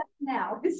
now